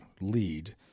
lead